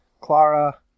clara